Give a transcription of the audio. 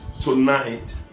tonight